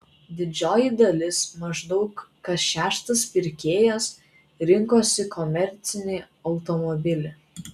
didžioji dalis maždaug kas šeštas pirkėjas rinkosi komercinį automobilį